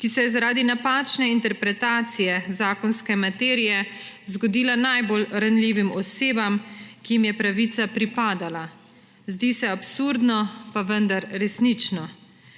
ki se je zaradi napačne interpretacije zakonske materije zgodila najbolj ranljivim osebam, ki jim je pravica pripadala. Zdi se absurdno, pa vendar resnično.